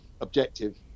objective